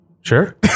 Sure